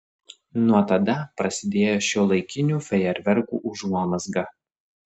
nuo tada prasidėjo šiuolaikinių fejerverkų užuomazga